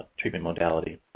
treatment modality.